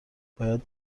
باید